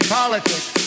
politics